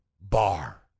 bar